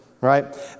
right